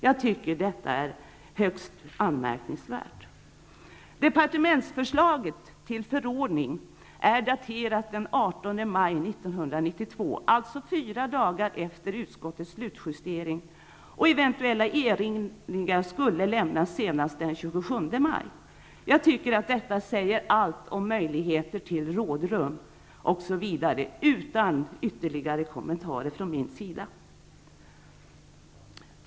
Jag tycker att detta är högst anmärkningsvärt. maj 1992, alltså fyra dagar efter utskottets slutjustering och eventuella erinringar skulle lämnas senast den 27 maj. Jag tycker att detta säger allt om möjligheter till rådrum utan ytterligare kommentarer från min sida.